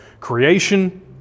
creation